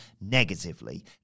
negatively